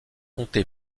compté